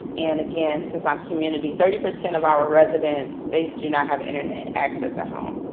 and again, since i'm community, thirty percent of our residents, they do not have internet access at home.